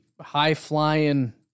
high-flying